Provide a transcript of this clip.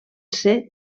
ser